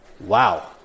wow